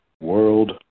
World